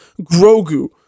Grogu